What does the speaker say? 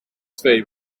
twee